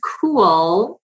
cool